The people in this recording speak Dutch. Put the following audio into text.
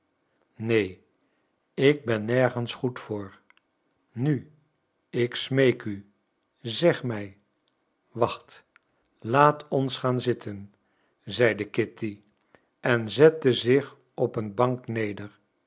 neen ik ben nergens goed voor nu ik smeek u zeg mij wacht laat ons gaan zitten zeide kitty en zette zich op een bank neder